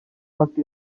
looked